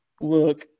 look